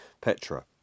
Petra